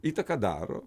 įtaką daro